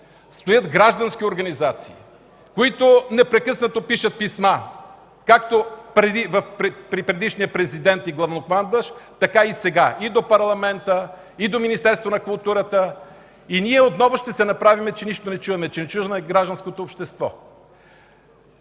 стоят граждански организации, които непрекъснато пишат писма, както при предишния Президент и главнокомандващ, така и сега – и до Парламента, и до Министерството на културата. И ние отново ще се направим, че нищо не чуваме, че не чуваме гражданското общество.